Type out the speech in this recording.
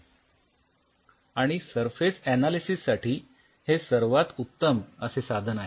आणि सरफेस ऍनालिसिससाठी हे सर्वात उत्तम असे साधन आहे